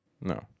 No